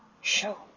Show